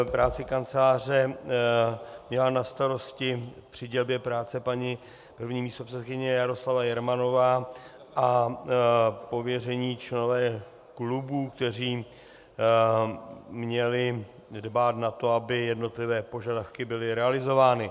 Práci Kanceláře měla na starosti při dělbě práce paní první místopředsedkyně Jaroslava Jermanová a pověření členové klubů, kteří měli dbát na to, aby jednotlivé požadavky byly realizovány.